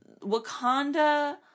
Wakanda